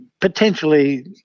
Potentially